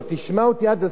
תשמע אותי עד הסוף